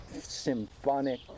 symphonic